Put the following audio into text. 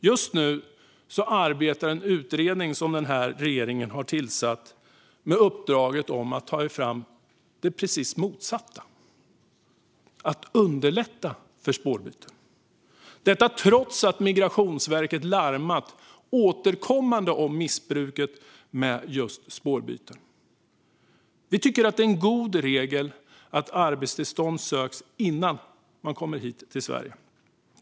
Just nu arbetar en utredning som regeringen har tillsatt med uppdraget att ta fram det precis motsatta: att underlätta för spårbyten. Detta trots att Migrationsverket återkommande har larmat om missbruket med spårbyten. Vi tycker att det är en god regel att arbetstillstånd söks innan man kommer till Sverige.